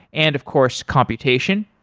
and of course computation.